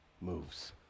moves